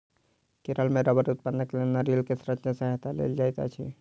केरल मे रबड़ उत्पादनक लेल नारियल के संरचना के सहायता लेल जाइत अछि